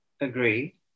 agree